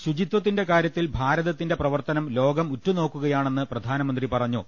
ശുചിത്വത്തിന്റെ കാര്യത്തിൽ ഭാരതത്തിന്റെ പ്രവർത്തനം ലോകം ഉറ്റുനോക്കുകയാണെന്ന് പ്രധാനമന്ത്രി പറഞ്ഞു